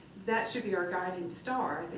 that should be our guiding star.